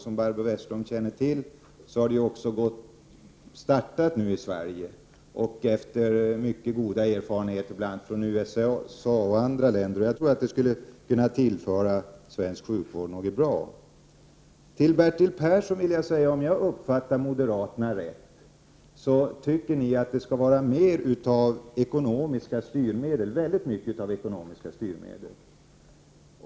Som Barbro Westerholm känner till, har det också startat i Sverige, efter mycket goda erfarenheter från bl.a. USA och andra länder. Jag tror att det skulle kunna tillföra svensk sjukvård något bra. Till Bertil Persson vill jag säga, att om jag uppfattar moderaterna rätt tycker ni att det skall vara mycket mer av ekonomiska styrmedel.